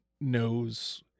knows –